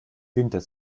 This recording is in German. winter